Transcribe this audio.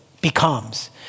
becomes